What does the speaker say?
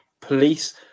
police